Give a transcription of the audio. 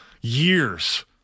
years